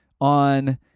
on